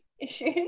Issues